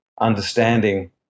understanding